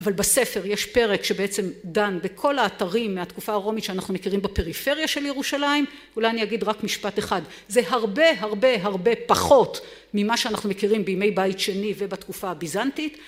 אבל בספר יש פרק שבעצם דן בכל האתרים מהתקופה הרומית שאנחנו מכירים בפריפריה של ירושלים אולי אני אגיד רק משפט אחד זה הרבה הרבה הרבה פחות ממה שאנחנו מכירים בימי בית שני ובתקופה הביזנטית